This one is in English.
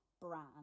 brand